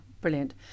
brilliant